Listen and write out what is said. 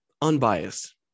unbiased